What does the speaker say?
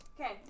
Okay